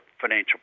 financial